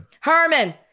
Herman